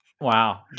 Wow